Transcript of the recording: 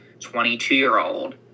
22-year-old